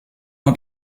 und